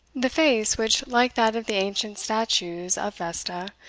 the face, which, like that of the ancient statues of vesta,